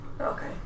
Okay